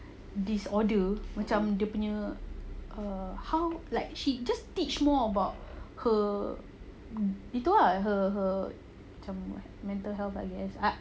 disorder macam dia punya err how like she just teach more about her itu ah her her macam mental health I guess